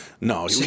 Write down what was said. no